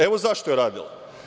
Evo, zašto je loše radila.